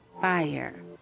Fire